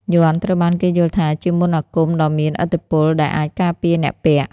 យ័ន្តត្រូវបានគេយល់ថាជាមន្តអាគមដ៏មានឥទ្ធិពលដែលអាចការពារអ្នកពាក់។